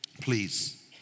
please